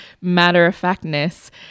matter-of-factness